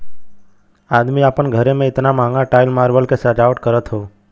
अदमी आपन घरे मे एतना महंगा टाइल मार्बल के सजावट करत हौ